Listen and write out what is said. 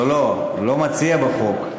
לא לא, הוא לא מציע בחוק.